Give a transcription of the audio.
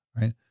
Right